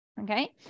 Okay